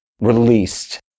released